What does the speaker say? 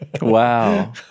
Wow